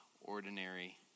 ordinary